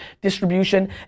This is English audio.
distribution